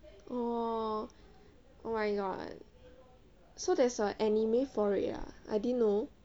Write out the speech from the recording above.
oh oh my god so there's a anime for it an I didn't know